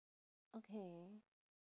okay